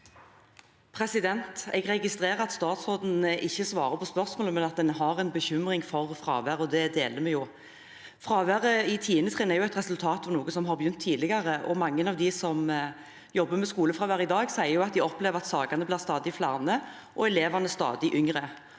Jeg registrerer at statsråden ikke svarer på spørsmålet, men at en har en bekymring for fraværet, og den deler vi. Fraværet i 10. trinn er et resultat av noe som har begynt tidligere. Mange av dem som jobber med skolefravær i dag, sier de opplever at sakene blir stadig flere og elevene stadig yngre.